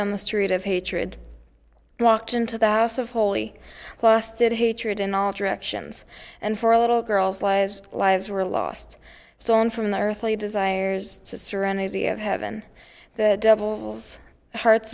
on the street of hatred walked into the house of holy lusted hatred in all directions and for a little girl's was lives were lost so on from the earthly desires to serenity of heaven the devil's hearts